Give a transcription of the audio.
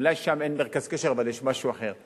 אולי שם אין מרכז קשר אבל יש משהו אחר.